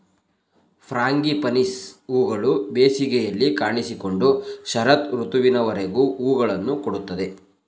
frangipanis ಹೂಗಳು ಬೇಸಿಗೆಯಲ್ಲಿ ಕಾಣಿಸಿಕೊಂಡು ಶರತ್ ಋತುವಿನವರೆಗೂ ಹೂಗಳನ್ನು ಕೊಡುತ್ತದೆ